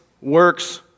works